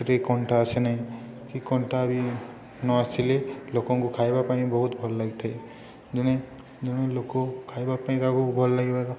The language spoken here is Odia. ସେଥିରେ କଣ୍ଟା ଆସେ ନାହିଁ କି କଣ୍ଟା ବି ନଆସିଲେ ଲୋକଙ୍କୁ ଖାଇବା ପାଇଁ ବହୁତ ଭଲ ଲାଗିଥାଏ ଜଣେ ଜଣେ ଲୋକ ଖାଇବା ପାଇଁ ତାକୁ ଭଲ ଲାଗିବାର